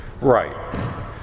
right